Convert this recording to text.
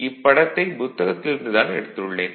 இப்படத்தை புத்தகத்தில் இருந்து எடுத்துள்ளேன்